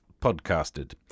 podcasted